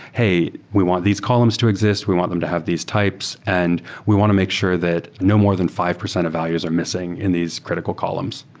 hey, we want these columns to exist. we want them to have these types and we want to make sure that no more than five percent of values are missing in these critical columns.